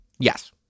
Yes